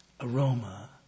aroma